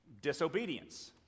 disobedience